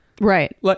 Right